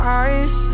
eyes